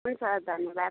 हुन्छ धन्यवाद